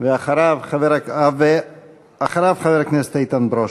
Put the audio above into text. אחריו, חבר הכנסת איתן ברושי.